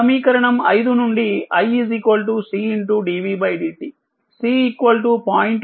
సమీకరణం 5 నుండిiCdvdtC 0